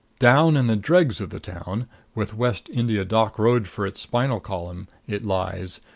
down in the dregs of the town with west india dock road for its spinal column it lies,